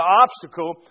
obstacle